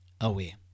away